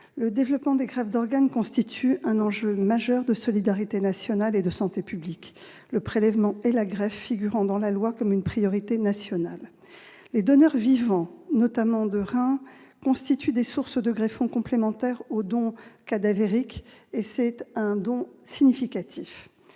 le développement des greffes d'organes constitue un enjeu majeur de solidarité nationale et de santé publique, le prélèvement et la greffe figurant dans la loi comme une priorité nationale. Les donneurs vivants, notamment de rein, constituent des sources significatives de greffons complémentaires au don cadavérique. À travers notamment